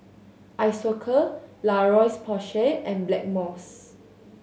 Isocal La Roche Porsay and Blackmores